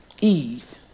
Eve